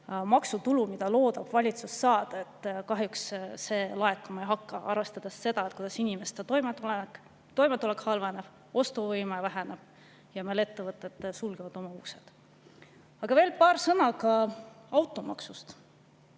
maksutulu, mida valitsus loodab saada, kahjuks laekuma ei hakka, arvestades seda, kuidas inimeste toimetulek halveneb, ostuvõime väheneb ja ettevõtted sulgevad oma uksi. Aga veel paar sõna automaksust.